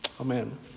amen